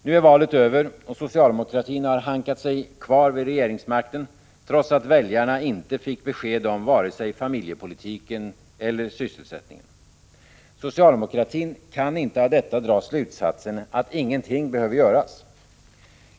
Nu är valet över, och socialdemokratin har hankat sig kvar vid regeringsmakten trots att väljarna inte fick besked om vare sig familjepolitiken eller sysselsättningen. Socialdemokratin kan inte av detta dra slutsatsen att ingenting behöver göras.